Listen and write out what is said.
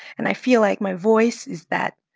and i feel like my voice is that,